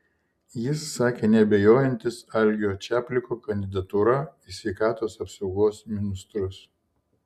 jis sakė neabejojantis algio čapliko kandidatūra į sveikatos apsaugos ministrus